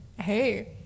Hey